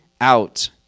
out